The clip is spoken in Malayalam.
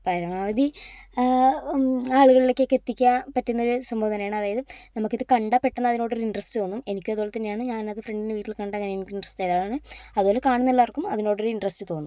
പരമാവധി ആളുകളിലേക്കൊക്കെ എത്തിയ്ക്കാൻ പറ്റുന്ന ഒരു സംഭവം തന്നെയാണ് അതായത് നമുക്കിതു കണ്ടാൽ പെട്ടെന്ന് അതിനോട് ഒരു ഇൻട്രസ്റ്റ് തോന്നും എനിക്ക് അതുപോലെ തന്നെയാണ് ഞാൻ അത് ഫ്രണ്ടിൻ്റെ വീട്ടിൽ കണ്ട് അങ്ങനെ ഇൻ ഇൻട്രസ്റ്റ് ആയ ആളാണ് അതുപോലെ കാണുന്ന എല്ലാവർക്കും അതിനോട് ഒരു ഇൻട്രസ്റ്റ് തോന്നും